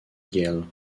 yale